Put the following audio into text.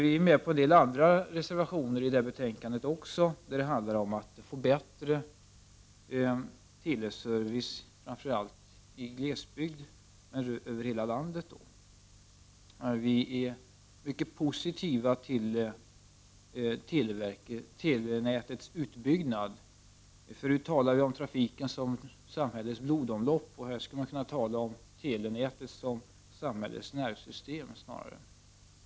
Vi är med på en del andra reservationer i betänkandet där det handlar om att få bättre teleservice, framför allt i glesbygden men då över hela landet. Vi är mycket positiva till telenätets utbyggnad. Förut talade vi om trafiken som samhällets blodomlopp. Här skulle man kunna tala om telenätet som samhällets nervsystem.